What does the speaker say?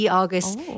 August